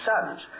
sons